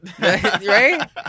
Right